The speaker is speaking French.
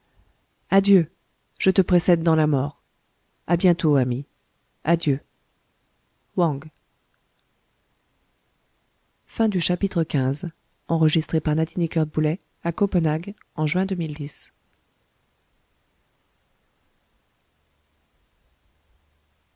adieu je te précède dans la mort a bientôt ami adieu wang